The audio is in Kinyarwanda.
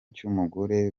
cy’umugore